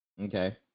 Okay